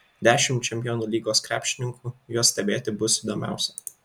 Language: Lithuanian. dešimt čempionų lygos krepšininkų juos stebėti bus įdomiausia